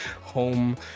home